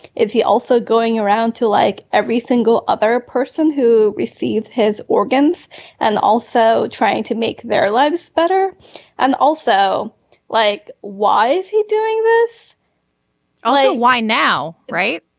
is he also going around to like every single other person who received his organs and also trying to make their lives better and also like why is he doing this ah like why now right.